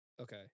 Okay